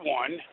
one